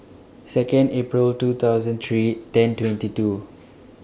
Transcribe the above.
Second April two thousand three ten twenty two